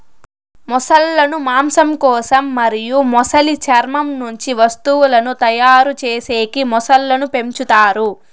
మొసళ్ళ ను మాంసం కోసం మరియు మొసలి చర్మం నుంచి వస్తువులను తయారు చేసేకి మొసళ్ళను పెంచుతారు